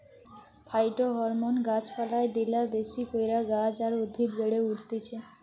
phytohormone গাছ পালায় দিলা বেশি কইরা গাছ আর উদ্ভিদ বেড়ে উঠতিছে